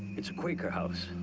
it's a quaker house.